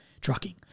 trucking